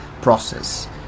process